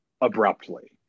abruptly